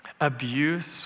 abuse